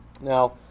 Now